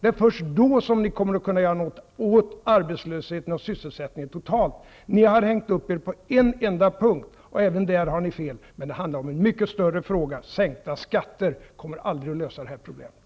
Det är först då som ni kommer att kunna göra någonting åt arbetslösheten och sysselsättningen totalt. Ni har hängt upp er på en enda punkt, och även på den punkten har ni fel. Men det handlar om en mycket större fråga: Sänkta skatter kommer aldrig att lösa det här problemet!